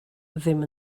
ddim